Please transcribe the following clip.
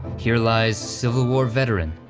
here lies civil war veteran,